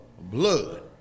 blood